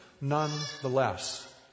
nonetheless